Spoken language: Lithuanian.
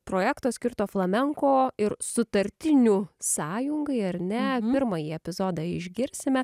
projekto skirto flamenko ir sutartinių sąjungai ar ne pirmąjį epizodą išgirsime